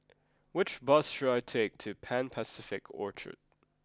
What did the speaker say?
which bus should I take to Pan Pacific Orchard